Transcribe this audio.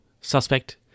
suspect